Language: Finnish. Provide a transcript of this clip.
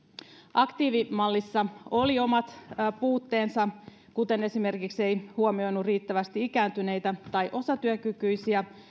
aktiivimallissa oli omat puutteensa kuten esimerkiksi se etä se ei huomioinut riittävästi ikääntyneitä tai osatyökykyisiä